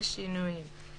בשינויים המחויבים.